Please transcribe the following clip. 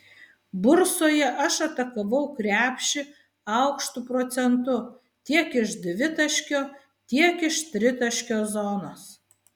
bursoje aš atakavau krepšį aukštu procentu tiek iš dvitaškio tiek iš tritaškio zonos